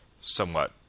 somewhat